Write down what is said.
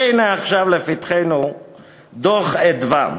והנה עכשיו לפתחנו דוח "מרכז אדוה",